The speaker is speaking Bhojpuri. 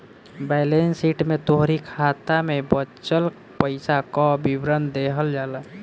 बैलेंस शीट में तोहरी खाता में बचल पईसा कअ विवरण देहल जाला